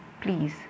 please